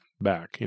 back